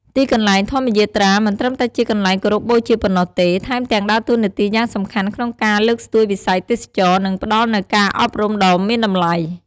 ទីកន្លែងធម្មយាត្រាមិនត្រឹមតែជាកន្លែងគោរពបូជាប៉ុណ្ណោះទេ ថែមទាំងដើរតួនាទីយ៉ាងសំខាន់ក្នុងការលើកស្ទួយវិស័យទេសចរណ៍ និងផ្តល់នូវការអប់រំដ៏មានតម្លៃ។